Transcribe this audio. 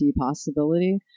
possibility